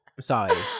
sorry